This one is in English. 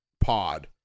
pod